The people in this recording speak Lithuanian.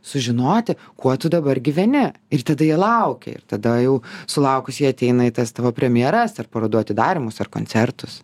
sužinoti kuo tu dabar gyveni ir tada jie laukia ir tada jau sulaukus jie ateina į tas tavo premjeras ar parodų atidarymus ar koncertus